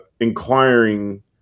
inquiring